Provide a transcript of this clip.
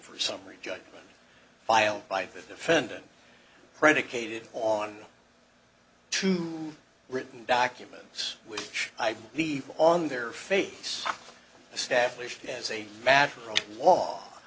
for summary judgment filed by the defendant predicated on two written documents which i believe on their face established as a matter of law